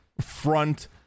front